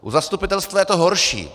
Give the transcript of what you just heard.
U zastupitelstva je to horší.